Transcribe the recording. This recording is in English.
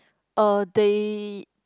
uh they